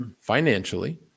financially